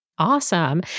Awesome